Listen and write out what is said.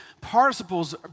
Participles